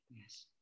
Yes